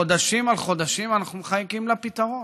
חודשים על חודשים אנחנו מחכים לפתרון,